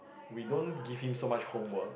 we don't give him so much homework